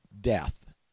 death